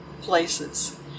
places